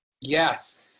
Yes